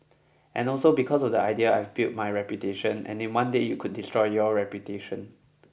and also because of the idea I've built my reputation and in one day you could destroy your reputation